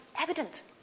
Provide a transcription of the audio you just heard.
evident